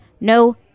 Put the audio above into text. no